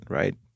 right